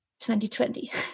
2020